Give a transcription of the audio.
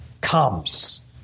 comes